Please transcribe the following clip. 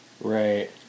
Right